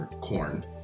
corn